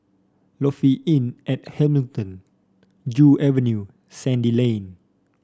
Lofi Inn at Hamilton Joo Avenue Sandy Lane